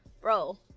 bro